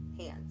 hands